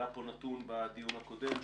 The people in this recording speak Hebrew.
עלה פה נתון בדיון הקודם,